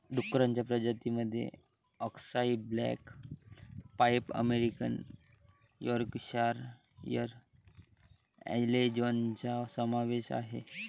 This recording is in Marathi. डुक्करांच्या प्रजातीं मध्ये अक्साई ब्लॅक पाईड अमेरिकन यॉर्कशायर अँजेलॉनचा समावेश आहे